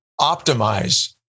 optimize